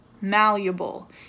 malleable